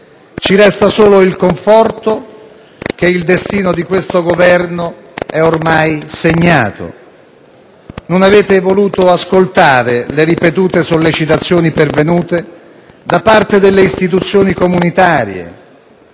Ci resta solo il conforto che il destino di questo Governo è ormai segnato. Non avete voluto ascoltare le ripetute sollecitazioni pervenute da parte delle istituzioni comunitarie